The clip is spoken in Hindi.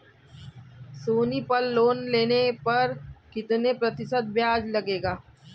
सोनी पल लोन लेने पर कितने प्रतिशत ब्याज लगेगा?